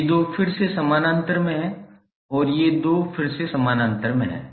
ये 2 फिर से समानांतर में हैं और ये 2 फिर से समानांतर में हैं